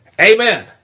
Amen